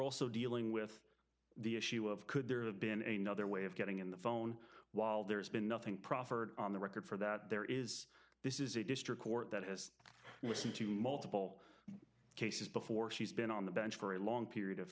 also dealing with the issue of could there have been a nother way of getting in the phone while there's been nothing proffered on the record for that there is this is a district court that has listened to multiple cases before she's been on the bench for a long period of